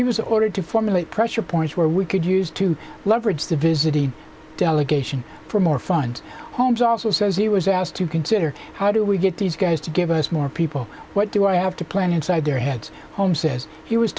he was ordered to formulate pressure points where we could use to leverage the visiting delegation for more fund homes also says he was asked to consider how do we get these guys to give us more people what do i have to plant inside their heads home says he was